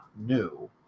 new